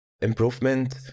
improvement